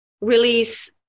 release